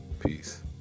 Peace